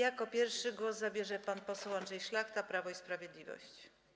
Jako pierwszy głos zabierze pan poseł Andrzej Szlachta, Prawo i Sprawiedliwość.